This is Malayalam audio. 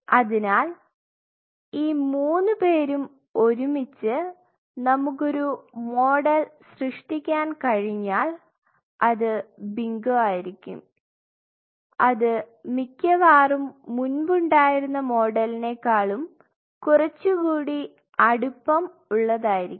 അതിനാൽ ഈ മൂന്ന് പേരും ഒരുമിച്ച് നമുക്ക് ഒരു മോഡൽ സൃഷ്ടിക്കാൻ കഴിഞ്ഞാൽ അത് ബിങ്കോ ആയിരിക്കും അത് മിക്കവാറും മുൻപുണ്ടായിരുന്ന മോഡലിനെ കാളും കുറച്ചുകൂടി അടുപ്പം ഉള്ളതായിരിക്കും